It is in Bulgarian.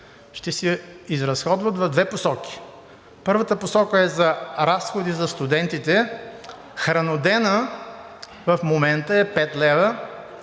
ще се изразходват в две посоки. Първата посока е за разходи за студентите. Храноденят в момента е 5 лв.,